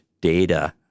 data